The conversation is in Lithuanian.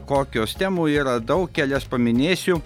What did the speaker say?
kokios temų yra daug kelias paminėsiu